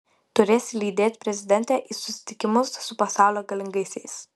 turėsi lydėt prezidentę į susitikimus su pasaulio galingaisiais